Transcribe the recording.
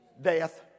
Death